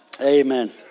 Amen